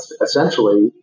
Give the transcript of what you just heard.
Essentially